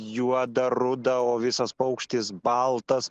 juoda ruda o visas paukštis baltas